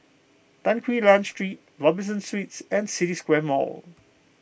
Tan Quee Lan Street Robinson Suites and City Square Mall